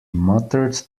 muttered